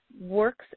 works